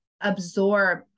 absorb